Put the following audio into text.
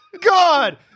God